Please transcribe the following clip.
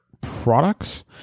products